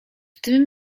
tym